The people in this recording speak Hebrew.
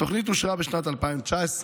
התוכנית אושרה בשנת 2019,